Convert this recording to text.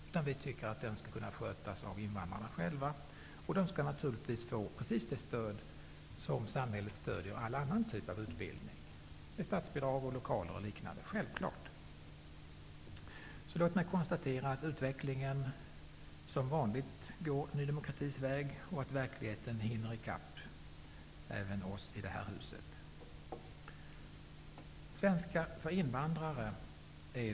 Vi tycker att undervisningen skall kunna skötas av invandrarna själva. Den skall naturligtvis ges precis det stöd som samhället ger för all annan typ av utbildning genom statsbidrag, lokaler och liknande. Detta är självklart. Låt mig konstatera att utvecklingen som vanligt går Ny demokratis väg, och att verkligheten hinner i kapp även oss i det här huset.